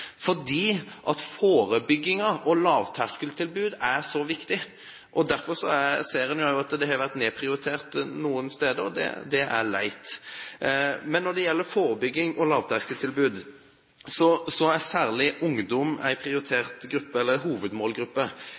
lavterskeltilbud er så viktig. En ser også at dette har vært nedprioritert noen steder. Det er leit. Når det gjelder forebygging og lavterskeltilbud, er særlig ungdom en prioritert gruppe, en hovedmålgruppe,